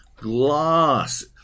glass